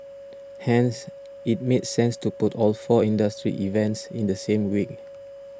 hence it made sense to put all four industry events in the same week